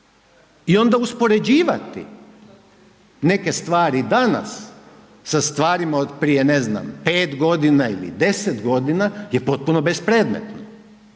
i onda uspoređivati neke stvari danas sa stvarima od prije ne znam 5.g. ili 10.g. je potpuno bespredmetno,